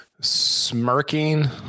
smirking